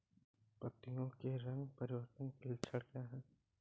पत्तियों के रंग परिवर्तन का लक्षण क्या है?